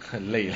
很累 leh